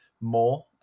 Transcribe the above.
more